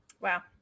Wow